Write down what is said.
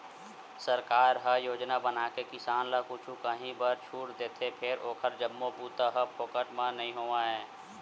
सरकार ह योजना बनाके किसान ल कुछु काही बर छूट देथे फेर ओखर जम्मो बूता ह फोकट म नइ होवय